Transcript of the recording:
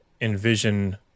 envision